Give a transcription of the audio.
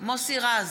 מוסי רז,